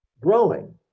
growing